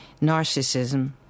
narcissism